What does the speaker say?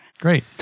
Great